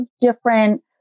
different